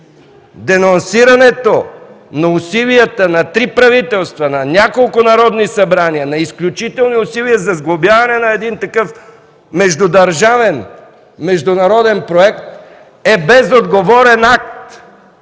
Денонсирането на усилията на три правителства, на няколко народни събрания, на изключителни усилия за сглобяване на един такъв междудържавен, международен проект е безотговорен акт